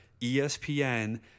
ESPN